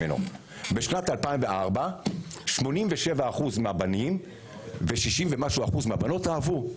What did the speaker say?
בשנת 2004 87% מהבנים ו-60% ומשהו מהבנות אהבו.